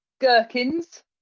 gherkins